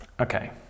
Okay